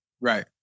Right